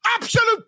Absolute